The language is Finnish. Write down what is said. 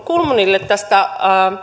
kulmunille tästä